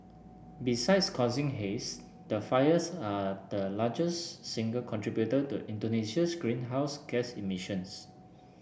besides causing haze the fires are the largest single contributor to Indonesia's greenhouse gas emissions